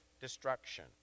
destruction